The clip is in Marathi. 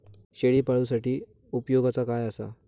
शेळीपाळूसाठी उपयोगाचा काय असा?